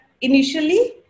initially